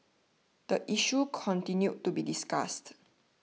the issue continued to be discussed